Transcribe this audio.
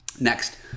next